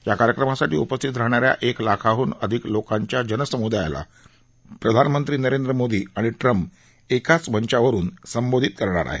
या कार्यक्रमासाठी उपस्थित राहणाऱ्या एक लाखांहून अधिक लोकांच्या जनसमुदायाला प्रधानमंत्री नरेंद्र मोदी आणि ट्रम्प एकाच मंचावरून संबोधित करणार आहेत